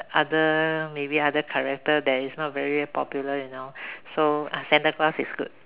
other maybe other character that is not very popular you know so ah Santa-Claus is good